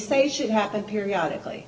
say should happen periodically